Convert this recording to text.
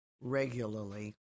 regularly